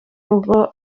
rugo